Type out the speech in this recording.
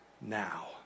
now